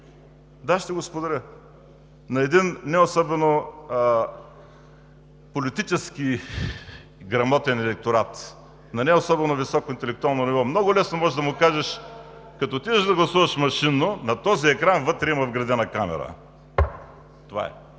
Да, ще споделя: на един неособено политически грамотен електорат, неособено високо ниво много лесно можеш да му кажеш: като отидеш да гласуваш машинно, на този екран вътре има вградена камера. Това е.